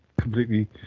completely